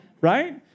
Right